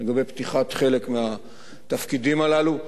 לגבי פתיחת חלק מהתפקידים הללו.